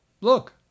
look